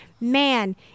man